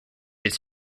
its